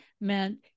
meant